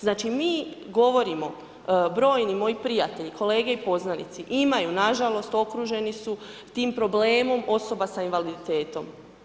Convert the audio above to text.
Znači mi govorimo, brojni moji prijatelji, kolege i poznanici, imaju nažalost, okruženi su s tim problemom osoba sa invaliditetom.